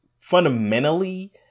fundamentally